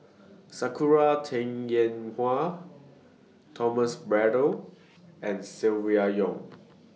Sakura Teng Ying Hua Thomas Braddell and Silvia Yong